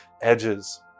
edges